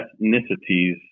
ethnicities